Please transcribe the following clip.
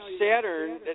Saturn